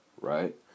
right